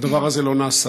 אבל הדבר הזה לא נעשה.